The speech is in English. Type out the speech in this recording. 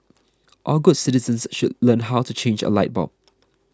all good citizens should learn how to change a light bulb